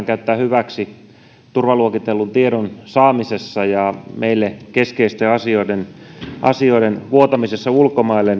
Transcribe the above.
käyttää hyväksi turvaluokitellun tiedon saamisessa ja meille keskeisten asioiden asioiden vuotamisessa ulkomaille